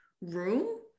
room